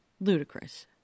Ludicrous